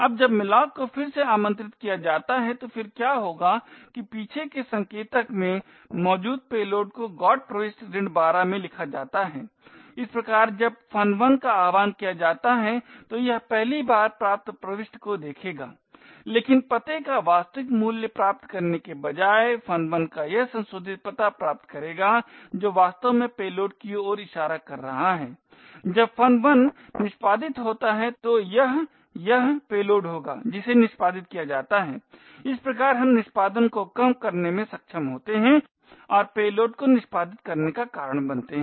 अब जब malloc को फिर से आमंत्रित किया जाता है तो फिर क्या होगा कि पीछे के संकेतक में मौजूद पेलोड को GOT प्रविष्टि 12 में लिखा जाता है इस प्रकार जब fun1 का आह्वान किया जाता है तो यह पहली बार प्राप्त प्रविष्टि को देखेगा लेकिन पते का वास्तविक मूल्य प्राप्त करने के बजाय fun1 का यह संशोधित पता प्राप्त करेगा जो वास्तव में पेलोड की ओर इशारा कर रहा है जब fun1 निष्पादित होता है तो यह यह पेलोड होगा जिसे निष्पादित किया जाता है इस प्रकार हम निष्पादन को कम करने में सक्षम होते हैं और पेलोड को निष्पादित करने का कारण बनते हैं